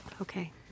Okay